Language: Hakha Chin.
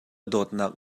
dawtnak